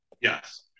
yes